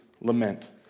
lament